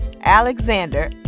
Alexander